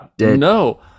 No